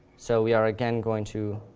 so we are again going to